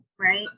right